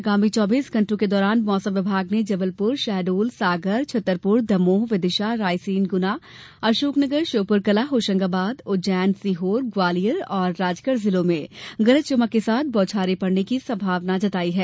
अगामी चौबीस घंटों के दौरान मौसम विभाग ने जबलपुर शहडोल सागर छतरपुर दमोह विदिशा रायसेन गुना अशोकनगर श्योपुर कलां होशंगाबाद उज्जैन सीहोर ग्वालियर और राजगढ़ जिलों में गरज चमक के साथ बौछारें पड़ने की संभावना जताई है